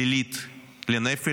נרשמה צמיחה שלילית לנפש,